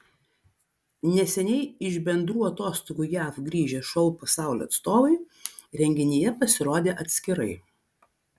neseniai iš bendrų atostogų jav grįžę šou pasaulio atstovai renginyje pasirodė atskirai